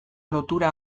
lotura